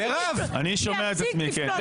כן, אני שומע את עצמי, כן.